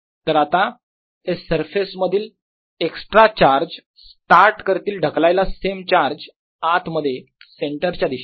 तर आता हे सरफेस मधील एक्स्ट्रा चार्ज स्टार्ट करतील ढकलायला सेम चार्ज आत मध्ये सेंटर च्या दिशेने